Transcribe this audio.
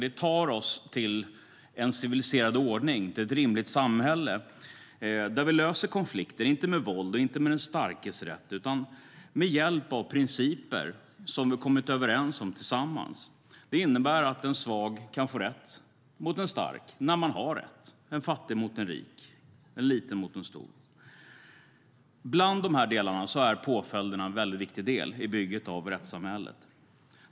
Det ger oss en civiliserad ordning i ett rimligt samhälle där vi inte löser konflikter med våld och den starkes rätt utan med hjälp av principer som vi kommit överens om tillsammans. Det innebär att en svag kan få rätt mot en stark, en fattig mot en rik och en liten mot en stor. Påföljderna är en viktig del i bygget av rättssamhället.